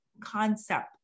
concept